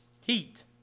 Heat